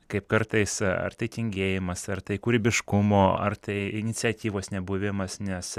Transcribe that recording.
kaip kartais ar tai tingėjimas ar tai kūrybiškumo ar tai iniciatyvos nebuvimas nes